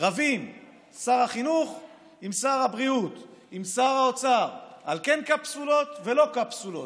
רבים שר החינוך עם שר הבריאות עם שר האוצר על כן קפסולות ולא קפסולות,